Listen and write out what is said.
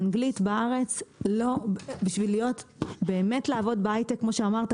האנגלית בארץ בשביל באמת לעבוד בהייטק כמו שאמרת,